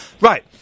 Right